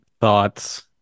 thoughts